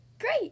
Great